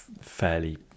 fairly